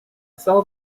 saw